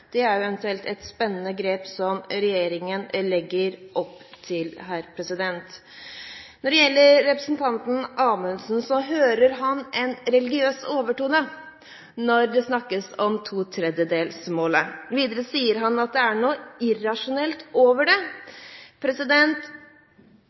Det er eventuelt et spennende grep som regjeringen legger opp til. Når det gjelder representanten Amundsen, hører han en religiøs overtone når det snakkes om totredjedelsmålet. Videre sier han at det er noe irrasjonelt over det.